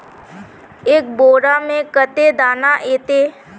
एक बोड़ा में कते दाना ऐते?